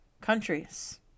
countries